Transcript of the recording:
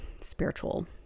spiritual